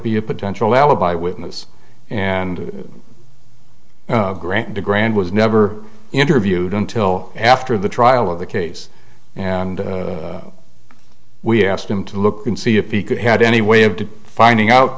be a potential alibi witness and grant the grand was never interviewed until after the trial of the case and we asked him to look and see if he could had any way of to finding out